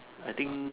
I think